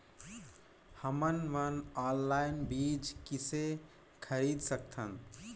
हमन मन ऑनलाइन बीज किसे खरीद सकथन?